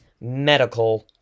medical